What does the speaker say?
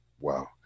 Wow